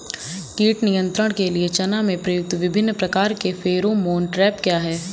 कीट नियंत्रण के लिए चना में प्रयुक्त विभिन्न प्रकार के फेरोमोन ट्रैप क्या है?